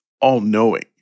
all-knowing